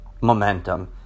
Momentum